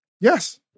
Yes